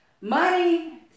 money